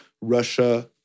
Russia